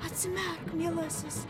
atsimerk mielasis